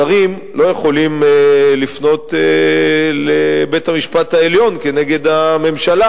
שרים לא יכולים לפנות אל בית-המשפט העליון כנגד הממשלה,